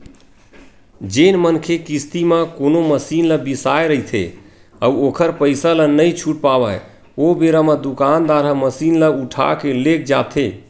जेन मनखे किस्ती म कोनो मसीन ल बिसाय रहिथे अउ ओखर पइसा ल नइ छूट पावय ओ बेरा म दुकानदार ह मसीन ल उठाके लेग जाथे